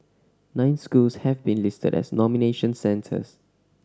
nine schools have been listed as nomination centres